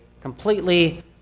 completely